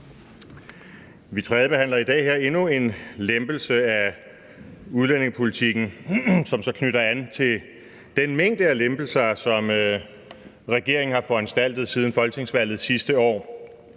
Vi tredjebehandler her i dag endnu en lempelse af udlændingepolitikken, som så knytter an til den mængde af lempelser, som regeringen har foranstaltet siden folketingsvalget sidste år,